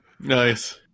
Nice